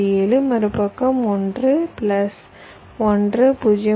7 மறுபக்கம் 1 பிளஸ் 1 0